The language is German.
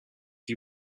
die